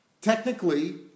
Technically